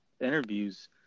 interviews